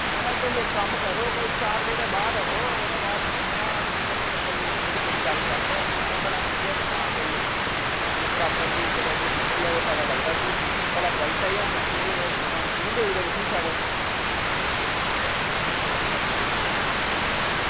मराज तुस इक कम्म करो चार बजे दे बाद आवेओ ओह्दे बाद करने आं दोह्री त्रेह्री कोई गल्ल करने आं दिक्खने आं समान कोई प्रापरली दिक्खियै पता लगदा भी भला गलत ऐ जां केह् समान इ'यां देई ओड़ेआ तुसें ई सड़े दा